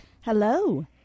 Hello